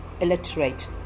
Illiterate